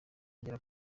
igera